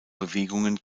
bewegungen